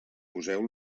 poseu